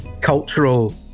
cultural